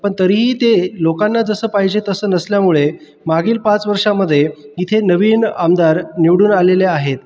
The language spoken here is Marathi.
पण तरीही ते लोकांना जसं पाहिजे तसं नसल्यामुळे मागील पाच वर्षामध्ये इथे नवीन आमदार निवडून आलेले आहेत